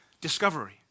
discovery